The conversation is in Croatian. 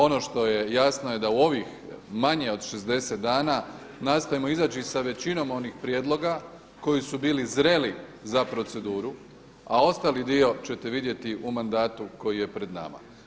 Ono što je jasno da u ovih manje od 60 dana nastojimo izaći sa većinom onih prijedloga koji su bili zreli za proceduru, a ostali dio ćete vidjeti u mandatu koji je pred nama.